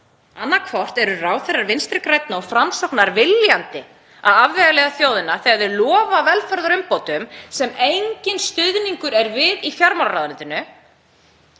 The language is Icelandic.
Annaðhvort eru ráðherrar Vinstri grænna og Framsóknar viljandi að afvegaleiða þjóðina þegar þeir lofa velferðarumbótum sem enginn stuðningur er við í fjármálaráðuneytinu